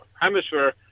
hemisphere